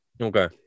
Okay